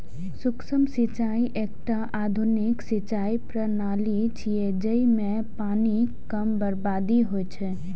सूक्ष्म सिंचाइ एकटा आधुनिक सिंचाइ प्रणाली छियै, जइमे पानिक कम बर्बादी होइ छै